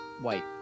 White